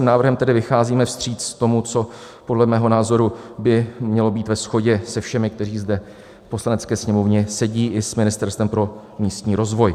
Tímto pozměňovacím návrhem tedy vycházíme vstříc tomu, co podle mého názoru by mělo být ve shodě se všemi, kteří zde v Poslanecké sněmovně sedí, i s Ministerstvem pro místní rozvoj.